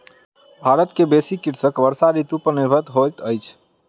भारत के बेसी कृषक वर्षा ऋतू पर निर्भर होइत अछि